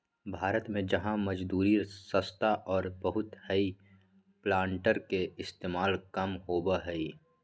भारत में जहाँ मजदूरी सस्ता और बहुत हई प्लांटर के इस्तेमाल कम होबा हई